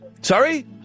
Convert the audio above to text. Sorry